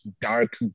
dark